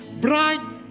bright